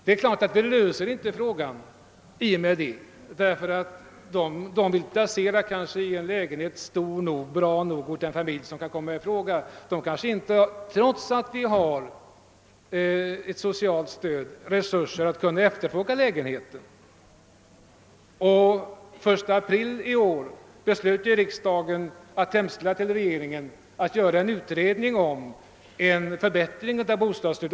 Frågan är emellertid inte löst i och med detta. Bostadsförmedlingarna kan kanske inte placera familjerna i fråga i lägenheter som är stora och goda nog. Trots att de har ett socialt stöd har dessa familjer kanske inte resurser att efterfråga sådana lägenheter. Den 1 april i år beslöt riksdagen hemställa till regeringen om en utredning om en förbättring av bostadsstödet.